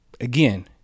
Again